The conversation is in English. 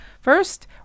First